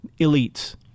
elites